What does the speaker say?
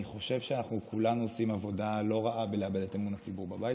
אני חושב שכולנו עושים עבודה לא רעה בלאבד את אמון הציבור בבית,